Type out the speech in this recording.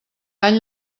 any